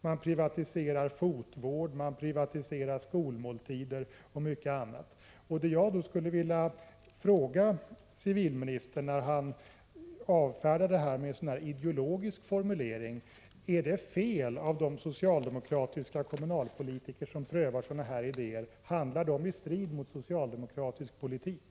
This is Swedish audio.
Man privatiserar fotvård, skolmåltider och mycket annat. Jag skulle vilja fråga civilministern när han avfärdar det hela med en ideologisk formulering: Är det fel av de socialdemokratiska kommunalpolitikerna att pröva sådana här idéer? Handlar de i strid med socialdemokratisk politik?